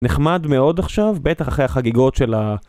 נחמד מאוד עכשיו, בטח אחרי החגיגות של ה...